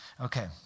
Okay